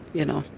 you know.